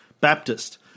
Baptist